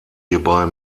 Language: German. hierbei